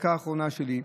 בדקה האחרונה שלי.